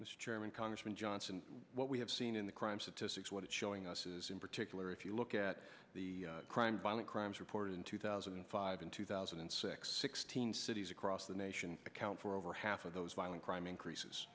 chairman congressman johnson what we have seen in the crime statistics what it's showing us is in particular if you look at the crime violent crimes reported in two thousand and five in two thousand and six sixteen cities across the nation account for over half of those violent crime increases